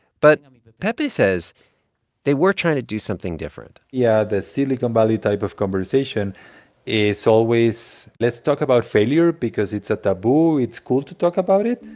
but but pepe says they were trying to do something different yeah, the silicon valley type of conversation is always, let's talk about failure because it's a taboo it's cool to talk about it.